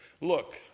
look